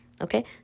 okay